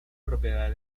propiedad